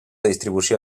distribució